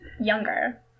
younger